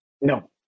No